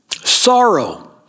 sorrow